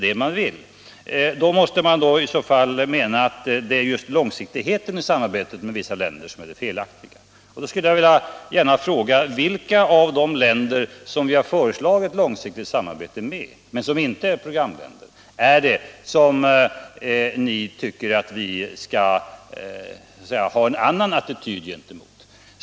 I så fall måste man anse att det är långsiktigheten i samarbetet med vissa länder som är det felaktiga. Då vill jag fråga: Vilka av de länder som vi föreslagit ett långsiktigt samarbete med, men som inte är programländer, tycker ni att vi skall bete oss på annat sätt med?